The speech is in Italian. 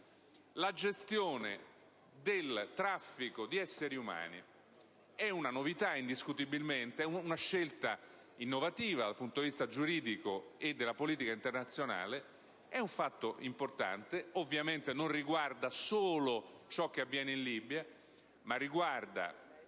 la gestione del traffico di esseri umani. Si tratta indiscutibilmente di una scelta innovativa dal punto di vista giuridico e di politica internazionale; è un fatto importante, che ovviamente non riguarda solo ciò che avviene in Libia, ma che fa